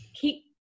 keep